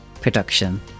production